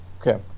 Okay